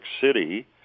City